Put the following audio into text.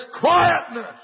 quietness